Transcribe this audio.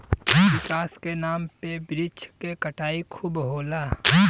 विकास के नाम पे वृक्ष के कटाई खूब होला